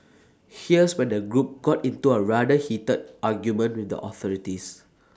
here's when the group got into A rather heated argument with the authorities